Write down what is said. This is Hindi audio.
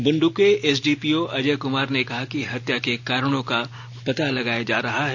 बुण्डू के एसडीपीओ अजय कुमार ने कहा कि हत्या के कारणों का पता लगाया जा रहा है